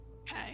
Okay